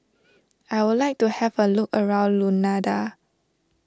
I would like to have a look around Luanda